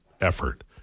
effort